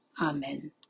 Amen